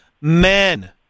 men